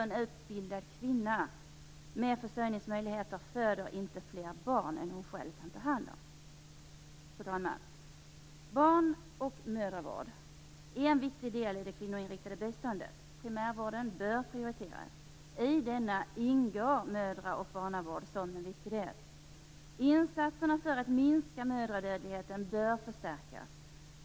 En utbildad kvinna med försörjningsmöjligheter föder inte fler barn än hon själv kan ta hand om. Fru talman! Barn och mödravård är en viktig del i det kvinnoinriktade biståndet. Primärvården bör prioriteras. I denna ingår mödra och barnavård som en viktig del. Insatserna för att minska mödradödligheten bör förstärkas.